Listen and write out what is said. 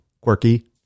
quirky